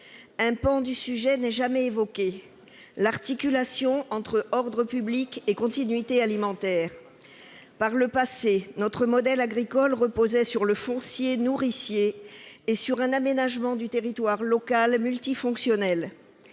Un pan du sujet n'est jamais évoqué : l'articulation entre ordre public et continuité alimentaire. Par le passé, notre modèle agricole reposait sur le foncier nourricier et sur un aménagement du territoire local multifonctionnel.